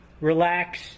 relax